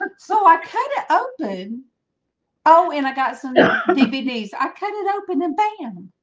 um so i cut it open oh and i got some yeah but dvds i cut it open and bam